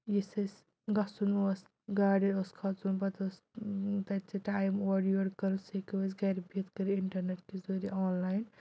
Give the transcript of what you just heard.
یُس اَسہِ گژھُن اوس گاڑِ اوس کھَسُن پَتہٕ اوس تَتہِ ٹایِم اورٕ یورٕ کرُن سُہ ہیٚکِو أسۍ گَرِ بِہِتھ کٔرِتھ اِنٹَرنٮ۪ٹ کہِ ذٔریعہِ آنلاین